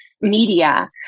media